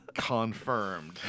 Confirmed